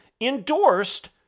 endorsed